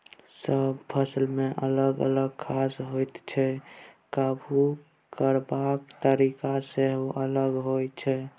सब फसलमे अलग अलग घास होइ छै तैं काबु करबाक तरीका सेहो अलग होइ छै